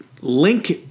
link